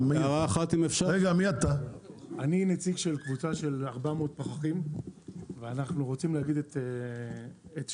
אני נציג של קבוצה של 400 פחחים ואנחנו רוצים להגיד את שלנו.